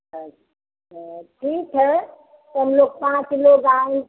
अच्छा ठीक है तो हम लोग पाँच लोग आँग